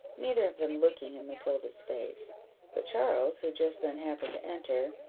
neither of them looking in matilda's face but charles, who just then happened to enter,